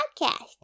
podcast